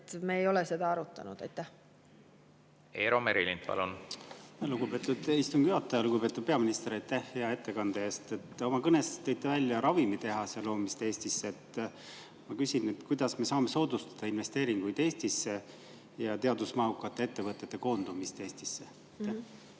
Me ei ole seda arutanud. Eero Merilind, palun! Lugupeetud istungi juhataja! Lugupeetud peaminister, aitäh hea ettekande eest! Oma kõnes tõite välja ravimitehase loomise Eestisse. Ma küsin, kuidas me saame soodustada investeeringuid Eestisse ja teadusmahukate ettevõtete koondumist Eestisse.